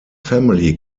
family